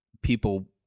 people